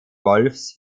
wolffs